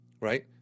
right